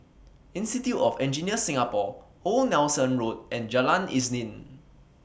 Institute of Engineers Singapore Old Nelson Road and Jalan Isnin